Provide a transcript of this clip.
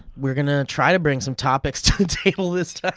we're gonna try to bring some topics to the table this time.